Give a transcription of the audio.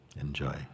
Enjoy